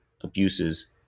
abuses